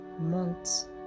months